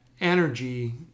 Energy